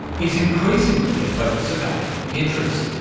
is increasingly a focus of academic interest,